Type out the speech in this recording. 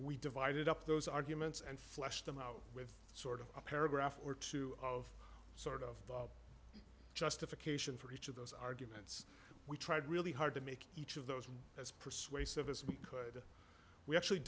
we divided up those arguments and flesh them out with sort of a paragraph or two of sort of justification for each of those arguments we tried really hard to make each of those as persuasive as we could we actually